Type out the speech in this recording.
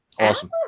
Awesome